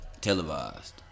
Televised